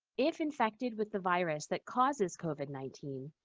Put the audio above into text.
if infected with the virus that causes covid nineteen,